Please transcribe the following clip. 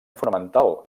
fonamental